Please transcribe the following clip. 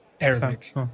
Arabic